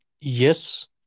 Yes